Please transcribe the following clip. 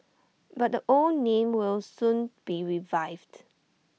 but the old name will soon be revived